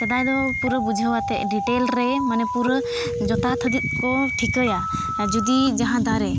ᱥᱮᱫᱟᱭ ᱫᱚ ᱯᱩᱨᱟᱹ ᱵᱩᱡᱷᱟᱹᱣ ᱟᱛᱮᱫ ᱯᱩᱨᱟᱹ ᱰᱤᱴᱮᱞ ᱨᱮ ᱢᱟᱱᱮ ᱯᱩᱨᱟᱹ ᱡᱚᱛᱷᱟᱛ ᱦᱟᱹᱵᱤᱡ ᱠᱚ ᱴᱷᱤᱠᱟᱭᱟ ᱟᱨ ᱡᱩᱫᱤ ᱡᱟᱦᱟᱸ ᱫᱟᱨᱮ